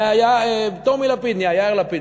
היה טומי לפיד, נהיה יאיר לפיד.